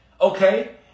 okay